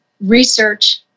research